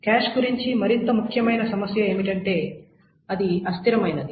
cache గురించి మరింత ముఖ్యమైన సమస్య ఏమిటంటే అది అస్థిరమైనది